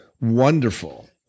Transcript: wonderful